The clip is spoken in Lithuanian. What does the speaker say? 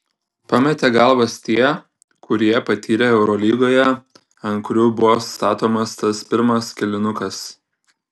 pametė galvas tie kurie patyrę eurolygoje ant kurių buvo statomas tas pirmas kėlinukas